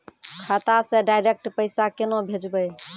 खाता से डायरेक्ट पैसा केना भेजबै?